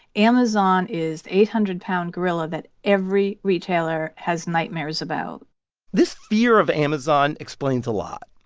amazon is the eight hundred pound gorilla that every retailer has nightmares about this fear of amazon explains a lot.